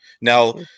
now